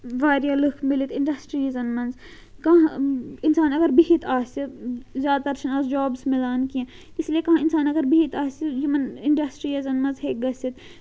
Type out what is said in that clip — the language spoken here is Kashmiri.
واریاہ لُکھ مِلِتھ اِنڈَسٹریٖزَن منٛز کانٛہہ اِنسان اَگر بِہِتھ آسہِ زیادٕ تر چھِنہٕ آز جابٕس مِلان کیٚنٛہہ اس لے کانٛہہ اِنسان اَگر بِہِتھ آسہِ یِمن اِنڈَسٹریٖزَن منٛز ہیٚکہِ گٔژھِتھ